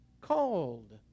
called